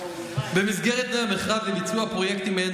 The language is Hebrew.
במסגרת תנאי המכרז לביצוע פרויקטים מעין